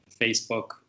Facebook